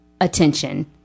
attention